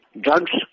Drugs